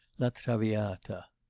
la traviata.